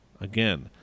Again